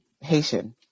Haitian